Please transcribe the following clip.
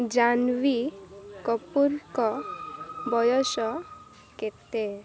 ଜାହ୍ନବୀ କପୁରଙ୍କ ବୟସ କେତେ